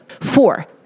Four